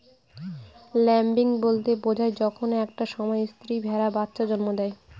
lambing বলতে বোঝায় যখন একটা সময় স্ত্রী ভেড়া বাচ্চা জন্ম দেয়